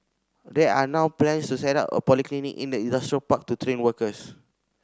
there are now plans to set up a polytechnic in the industrial park to train workers